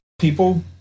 people